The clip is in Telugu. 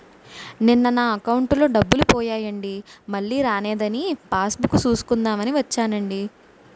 నిన్న నా అకౌంటులో డబ్బులు పోయాయండి మల్లీ రానేదని పాస్ బుక్ సూసుకుందాం అని వచ్చేనండి